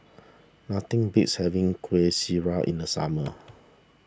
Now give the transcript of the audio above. nothing beats having Kuih Syara in the summer